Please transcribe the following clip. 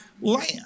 land